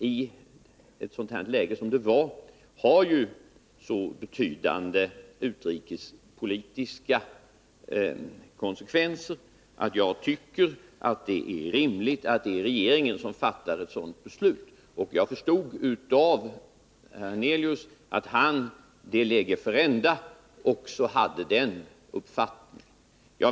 I ett sådant läge som det var fråga om i det här fallet har frågan så betydande utrikespolitiska konsekvenser att jag tycker att det är rimligt att det är regeringen som fattar ett sådant beslut. Jag förstod att också herr Hernelius de lege ferenda hade den uppfattningen.